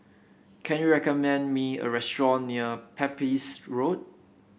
can you recommend me a restaurant near Pepys Road